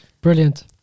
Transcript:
Brilliant